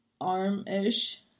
arm-ish